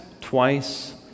twice